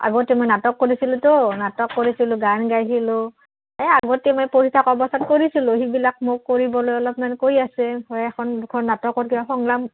আগতে মই নাটক কৰিছিলোঁতো নাটক কৰিছিলোঁ গান গাইছিলোঁ এই আগতে মই পঢ়ি থকা অৱস্থাত কৰিছিলোঁ সেইবিলাক মোক কৰিবলৈ অলপমান কৈ আছে এখন দুখন নাটকত কিয় সংলাপ